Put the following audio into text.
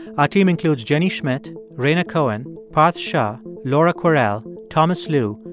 our team includes jenny schmidt, rhaina cohen, parth shah, laura kwerel, thomas lu,